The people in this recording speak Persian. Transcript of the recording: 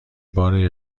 بار